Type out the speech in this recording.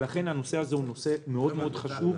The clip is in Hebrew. לכן הנושא הזה הוא נושא מאוד חשוב.